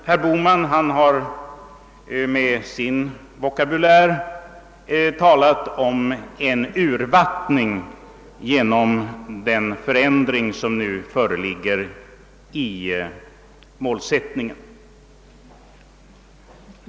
Herr Bohman har med sin vokabulär talat om en »urvattning» genom den modifiering i målsättningen som nu föreligger.